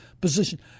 position